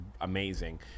amazing